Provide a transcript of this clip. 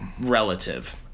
relative